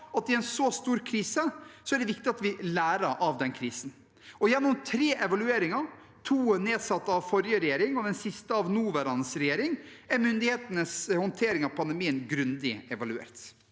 på at i en så stor krise er det viktig at vi lærer av krisen. Gjennom tre evalueringer – to nedsatt av forrige regjering og den siste av nåværende regjering – er myndighetenes håndtering av pandemien grundig evaluert.